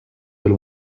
will